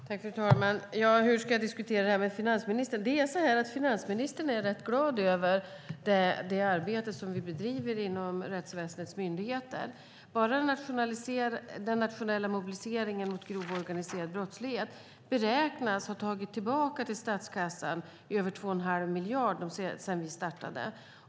Fru talman! Hur ska jag diskutera det här med finansministern? Finansministern är rätt glad över det arbete som vi bedriver inom rättsväsendets myndigheter. Bara den nationella mobiliseringen mot grov organiserad brottslighet beräknas ha tagit tillbaka över 2 1⁄2 miljard till statskassan sedan vi startade.